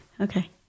okay